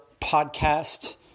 podcast